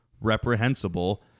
reprehensible